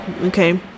Okay